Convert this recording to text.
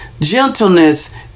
gentleness